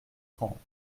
trente